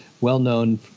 well-known